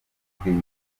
babwiye